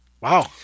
Wow